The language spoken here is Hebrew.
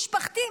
משפחתי,